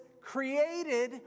created